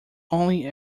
only